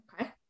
Okay